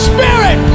Spirit